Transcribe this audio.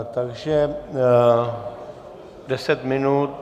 Takže 10 minut.